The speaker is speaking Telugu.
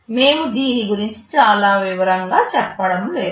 మేము దీని గురించి చాలా వివరంగా చెప్పడం లేదు